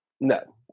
No